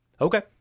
Okay